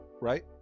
Right